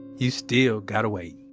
you still gotta wait